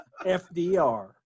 FDR